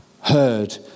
heard